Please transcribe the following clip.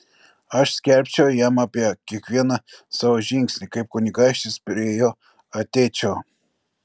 aš skelbčiau jam apie kiekvieną savo žingsnį kaip kunigaikštis prie jo ateičiau